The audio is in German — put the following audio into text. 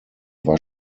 war